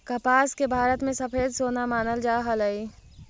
कपास के भारत में सफेद सोना मानल जा हलई